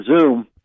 Zoom